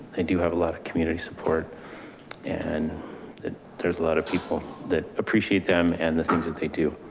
and do have a lot of community support and there's a lot of people that appreciate them and the things that they do.